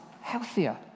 healthier